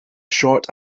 short